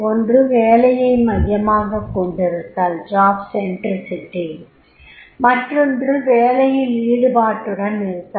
ஒன்று வேலையை மையமாகக் கொண்டிருத்தல் மற்றொன்று வேலையில் ஈடுபாட்டுடன் இருத்தல்